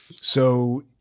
So-